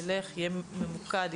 יהיה ממוקד,